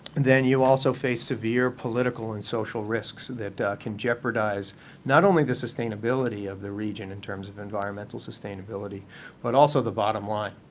then you also face severe political and social risks that can jeopardize not only the sustainability of the region in terms of environmental sustainability but also the bottom line.